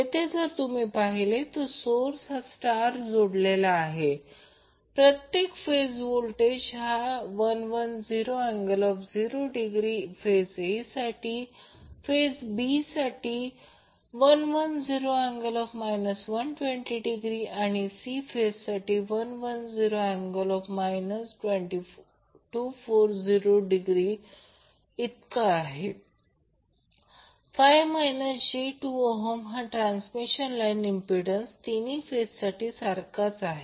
येथे जर तुम्ही पाहिले तर सोर्स हा स्टार जोडलेला आहे प्रत्येक फेज व्होल्टेज हा 110∠0° फेज A साठी B फेजसाठी 110∠ 120° आणि C फेजसाठी 110∠ 240° 5 j2 ohm हा ट्रान्समिशन लाईन इंम्प्पिडन्स तीनही फेजसाठी सारखाच आहे